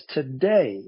Today